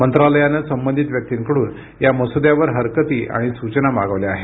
मंत्रालयानं संबंधित व्यक्तींडून या मसुद्यावर हरकती आणि सूचना मागवल्या आहेत